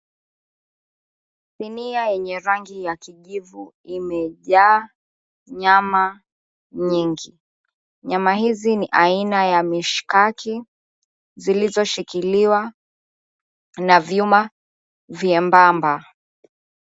Sinia yenye rangi ya kijivu imejaa nyama nyingi, nyama hizi ni aina ya mishikaki zilizoshikiliwa na vyuma vyembamba.